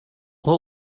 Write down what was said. what